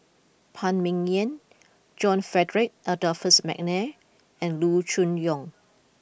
Phan Ming Yen John Frederick Adolphus McNair and Loo Choon Yong